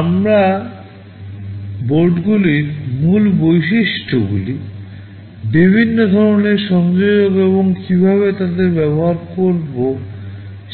আমরা বোর্ডগুলির মূল বৈশিষ্ট্যগুলি বিভিন্ন ধরণের সংযোজক এবং কীভাবে তাদের ব্যবহার করব